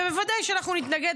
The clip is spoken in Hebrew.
ובוודאי שאנחנו נתנגד,